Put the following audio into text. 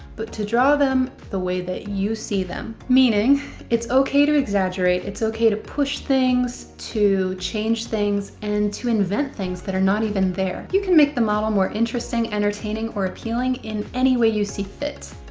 but to draw them the way that you see them. meaning it's okay to exaggerate. it's okay to push things, to change things, and to invent things that are not even there. you can make the model more interesting, entertaining, or appealing in any way you see fit.